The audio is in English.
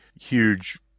huge